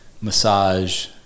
massage